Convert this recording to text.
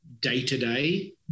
day-to-day